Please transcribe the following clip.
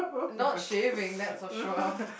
not shaving that's for sure